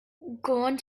gone